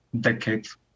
decades